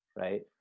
right